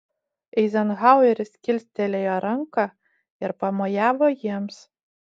eizenhaueris kilstelėjo ranką ir pamojavo jiems